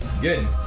Good